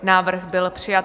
Návrh byl přijat.